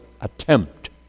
attempt